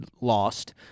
lost